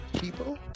People